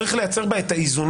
צריך לייצר בה את האיזונים,